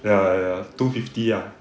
ya ya two fifty ah